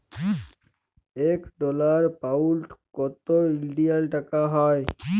ইক dollar, pound কত ইলডিয়াল টাকা হ্যয়